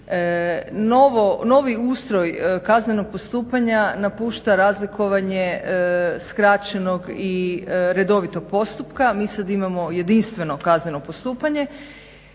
novi ustroj kaznenog postupanja napušta razlikovanje skraćenog i redovitog postupka. Mi sad imamo jedinstveno kazneno postupanje